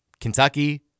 Kentucky